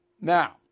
now